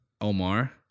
Omar